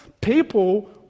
people